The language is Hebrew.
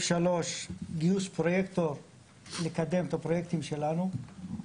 סעיף שלוש, גיוס פרויקטור לקדם את הפרויקטים שלנו.